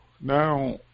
Now